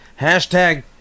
Hashtag